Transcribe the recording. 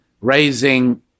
raising